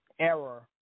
error